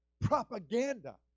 propaganda